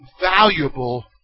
valuable